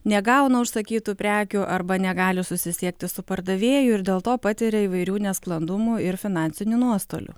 negauna užsakytų prekių arba negali susisiekti su pardavėju ir dėl to patiria įvairių nesklandumų ir finansinių nuostolių